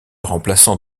remplaçant